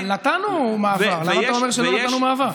אבל נתנו מעבר, למה אתה אומר שלא נתנו מעבר?